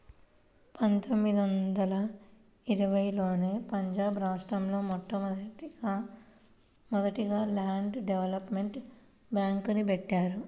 పందొమ్మిది వందల ఇరవైలోనే పంజాబ్ రాష్టంలో మొదటగా ల్యాండ్ డెవలప్మెంట్ బ్యేంక్ని బెట్టారు